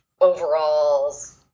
overalls